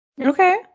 Okay